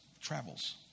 travels